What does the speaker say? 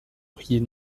briller